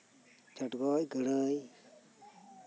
ᱪᱚᱲᱜᱚᱡ ᱜᱟᱹᱲᱟᱹᱭ